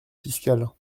fiscal